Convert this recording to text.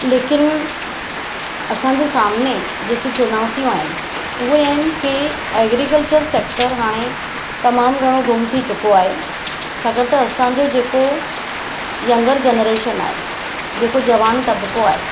लेकिन असांजे सामने जेकी चुनौतियूं आहिनि उहे आहिनि के एग्रीकल्चर सेक्टर हाणे तमामु घणो गुम थी चुको आहे छाकाणि त असांजो जेको यंगर जनरेशन आहे जेको जवान तबिको आहे